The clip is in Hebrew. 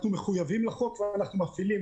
אנחנו מחויבים לחוק ואנחנו מפעילים אותו.